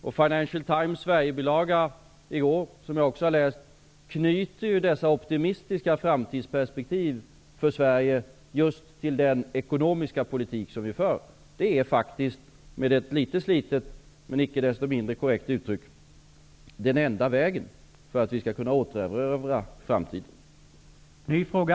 Financial Times Sverigebilaga i går, som jag också läst, knyter också dessa optimistiska framtidsperspektiv för Sverige just till den ekonomiska politik som vi för. Det är faktiskt, med ett litet slitet men icke desto mindre korrekt uttryck, den enda vägen för att vi skall kunna återerövra framtidstron.